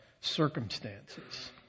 circumstances